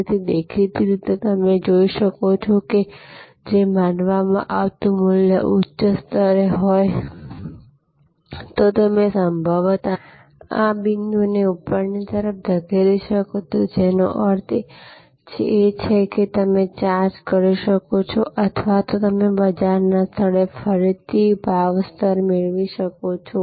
તેથી દેખીતી રીતે તમે જોઈ શકો છો કે જો માનવામાં આવતું મૂલ્ય ઉચ્ચ સ્તરે હોય તો તમે સંભવતઃ આ બિંદુને ઉપરની તરફ ધકેલી શકો છો જેનો અર્થ છે કે તમે ચાર્જ કરી શકો છો અથવા તમે બજારના સ્થળે ફરીથી ઉચ્ચ ભાવ સ્તર મેળવી શકો છો